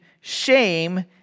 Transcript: shame